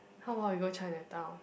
how bout we go Chinatown